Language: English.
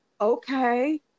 okay